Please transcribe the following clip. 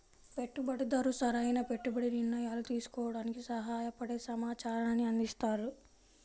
పెట్టుబడిదారు సరైన పెట్టుబడి నిర్ణయాలు తీసుకోవడానికి సహాయపడే సమాచారాన్ని అందిస్తారు